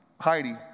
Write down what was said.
Heidi